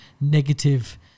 negative